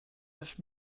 neuf